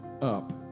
up